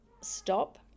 stop